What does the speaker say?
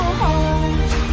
home